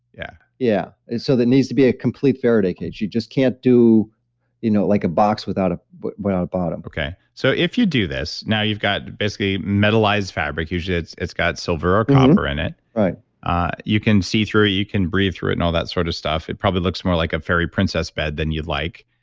yeah yeah and so that needs to be a complete faraday cage. you just can't do you know like a box without a without a bottom okay. so if you do this, now you've got basically metalized fabric. usually, it's it's got silver or copper in it ah you can see through it, you can breathe through it and all that sort of stuff. it probably looks more like a fairy princess bed than you'd like.